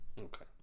okay